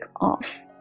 off